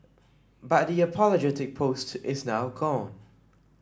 but the apologetic post is now gone